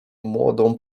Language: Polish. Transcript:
młodą